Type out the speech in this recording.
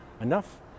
enough